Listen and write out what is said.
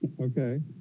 Okay